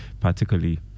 particularly